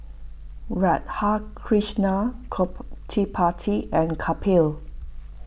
Radhakrishnan Gottipati and Kapil